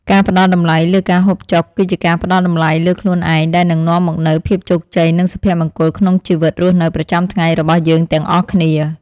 ការផ្តល់តម្លៃលើការហូបចុក គឺជាការផ្តល់តម្លៃលើខ្លួនឯងដែលនឹងនាំមកនូវភាពជោគជ័យនិងសុភមង្គលក្នុងជីវិតរស់នៅប្រចាំថ្ងៃរបស់យើងទាំងអស់គ្នា។